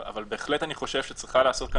אבל בהחלט אני חושב שצריכה להיעשות כאן